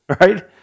right